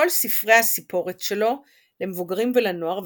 כל ספרי הסיפורת שלו למבוגרים ולנוער,